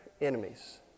enemies